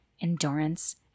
endurance